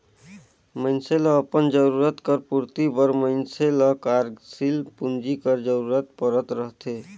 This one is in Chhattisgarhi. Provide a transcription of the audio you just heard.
मइनसे ल अपन जरूरत कर पूरति बर मइनसे ल कारसील पूंजी कर जरूरत परत रहथे